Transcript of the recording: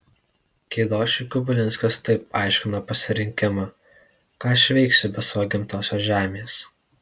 keidošiui kubilinskas taip aiškino pasirinkimą ką aš veiksiu be savo gimtosios žemės